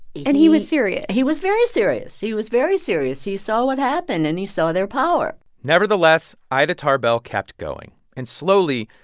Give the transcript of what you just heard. and he was serious he was very serious. he was very serious. he saw what happened, and he saw their power nevertheless, ida tarbell kept going. and slowly,